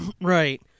Right